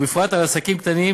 ובפרט העסקים הקטנים,